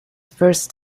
first